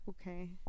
Okay